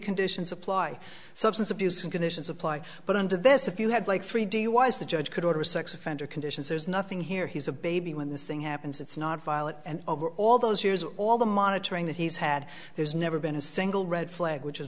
conditions apply substance abuse and conditions apply but under this if you had like three duis the judge could order a sex offender conditions there's nothing here he's a baby when this thing happens it's not violent and over all those years all the monitoring that he's had there's never been a single red flag